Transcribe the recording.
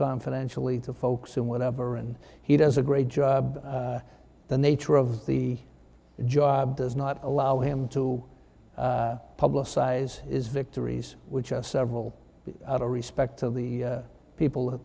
confidentially to folks in whatever and he does a great job the nature of the job does not allow him to publicize is victories which of several out of respect of the people